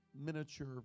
miniature